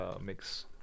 mix